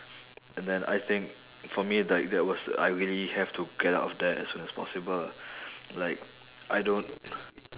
and then I think for me like that was the I really have to get out of there as soon as possible lah like I don't